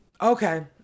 Okay